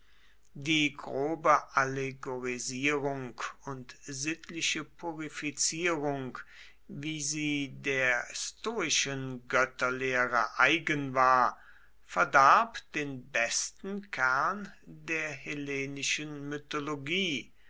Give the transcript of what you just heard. die grobe allegorisierung und sittliche purifizierung wie sie der stoischen götterlehre eigen war verdarb den besten kern der hellenischen mythologie